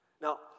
Now